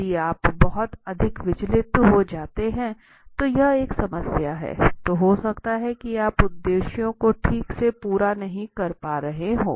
यदि आप बहुत अधिक विचलित हो जाते हैं तो यह एक समस्या है तो हो सकता है कि आप उद्देश्यों को ठीक से पूरा नहीं कर पा रहे हों